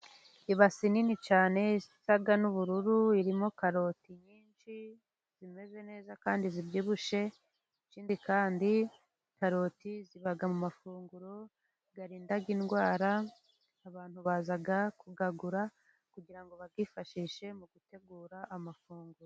Ibase nini cyane isa n'ubururu, irimo karoti nyinshi, zimeze neza kandi zibyibushye, ikindi kandi karoti ziba mu mafunguro arinda indwara, abantu baza kuyagura, kugirango ngo bayifashishe, mu gutegura amafunguro.